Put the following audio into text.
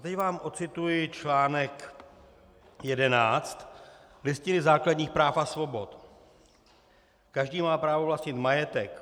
A teď vám ocituji článek 11 Listiny základních práv a svobod: Každý má právo vlastnit majetek.